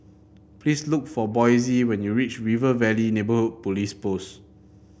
please look for Boysie when you reach River Valley Neighbourhood Police Post